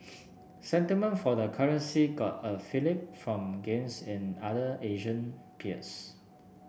sentiment for the currency got a fillip from gains in other Asian peers